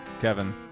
Kevin